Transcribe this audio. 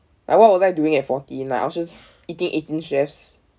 like what was I doing at fourteen like I was just eating eighteen chefs